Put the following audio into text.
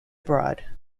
abroad